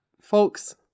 Folks